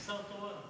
אני שר תורן.